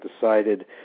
decided